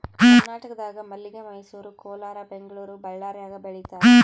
ಕರ್ನಾಟಕದಾಗ ಮಲ್ಲಿಗೆ ಮೈಸೂರು ಕೋಲಾರ ಬೆಂಗಳೂರು ಬಳ್ಳಾರ್ಯಾಗ ಬೆಳೀತಾರ